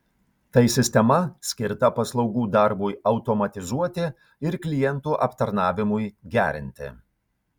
tai sistema skirta paslaugų darbui automatizuoti ir klientų aptarnavimui gerinti